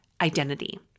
identity